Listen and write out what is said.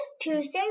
Tuesday